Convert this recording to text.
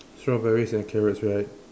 strawberries and carrots right